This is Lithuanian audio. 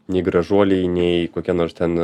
nei gražuoliai nei kokie nors ten